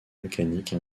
volcanique